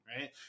Right